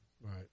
Right